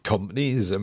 Companies